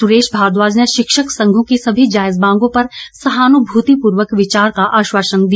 सुरेश भारद्वाज ने शिक्षक संघों की सभी जायज मांगों पर सहानुभूतिपूर्वक विचार का आश्वासन दिया